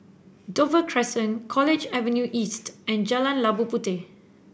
Dover Crescent College Avenue East and Jalan Labu Puteh